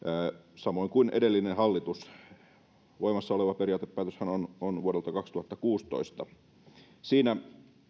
samoin kuin edellinen hallitus voimassa oleva periaatepäätöshän on on vuodelta kaksituhattakuusitoista siinä